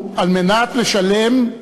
על בסיס קווי 1967,